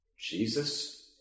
Jesus